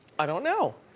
i don't know.